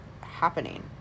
happening